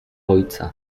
ojca